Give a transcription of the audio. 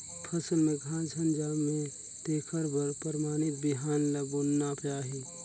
फसल में घास झन जामे तेखर बर परमानित बिहन ल बुनना चाही